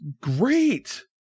great